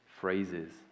phrases